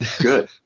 good